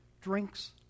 drinks